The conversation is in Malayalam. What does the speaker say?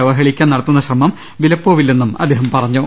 അവ ഹേളിക്കാൻ നടത്തുന്നശ്രമം വിലപ്പോവില്ലെന്നും അദ്ദേഹം പറഞ്ഞു